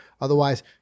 Otherwise